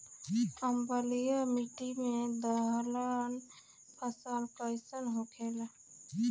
अम्लीय मिट्टी मे दलहन फसल कइसन होखेला?